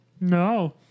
no